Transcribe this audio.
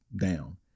down